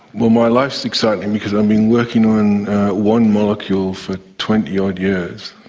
well my life is exciting because i've been working on one molecule for twenty odd years,